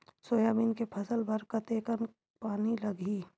Soybean के फसल बर कतेक कन पानी लगही?